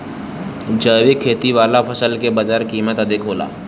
जैविक खेती वाला फसल के बाजार कीमत अधिक होला